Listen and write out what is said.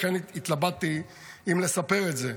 לכן התלבטתי אם לספר את זה.